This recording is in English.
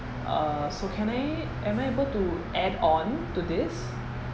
uh so can I am I able to add on to this